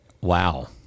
Wow